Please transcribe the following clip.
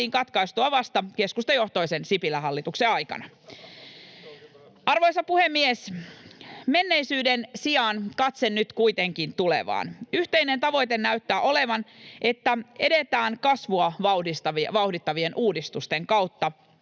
katkaistua vasta keskustajohtoisen Sipilän hallituksen aikana. Arvoisa puhemies! Menneisyyden sijaan katse nyt kuitenkin tulevaan. Yhteinen tavoite näyttää olevan, että edetään kasvua vauhdittavien uudistusten kautta